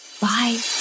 Bye